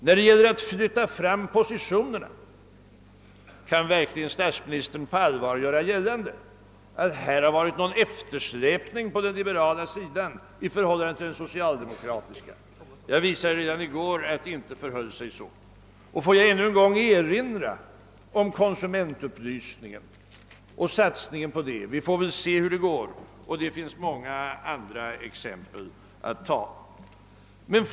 Vad beträffar att flytta fram positionerna vill jag fråga: Kan verkligen statsministern göra gällande att det har förekommit någon eftersläpning på den liberala sidan i förhållande till den socialdemokratiska? Jag visade redan i går att det inte förhöll sig så. Får jag ännu en gång erinra om konsumentupplysningen och satsningen på den. Vi får väl se hur det går. Det finns många andra exempel som skulle kunna anföras i detta sammanhang.